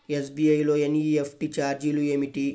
SBI లో NEFT ఛార్జీలు ఏమిటి?